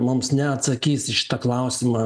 mums neatsakys į šitą klausimą